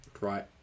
right